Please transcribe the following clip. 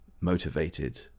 motivated